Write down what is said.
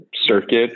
circuit